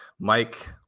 Mike